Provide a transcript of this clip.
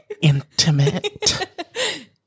intimate